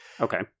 okay